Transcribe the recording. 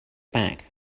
back